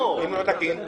ואם הוא לא תקין?